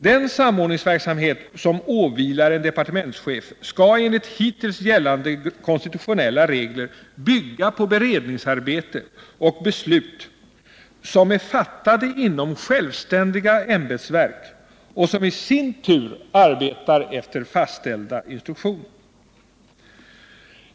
Den samordningsverksamhet som åvilar en departementschef skall enligt hittills gällande konstitutionella regler bygga på beredningsarbete och beslut, som är fattade inom självständiga ämbetsverk och som i sin tur arbetar efter fastställda instruktioner.